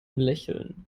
lächeln